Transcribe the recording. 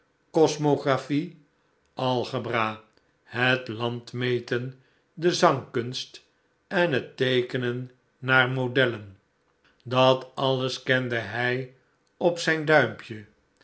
cosmographie algebra het landmeten de zangkunst en het teekenen naar modellen dat alles kende hij op zijn duimpje